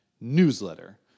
newsletter